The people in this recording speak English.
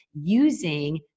using